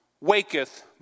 waketh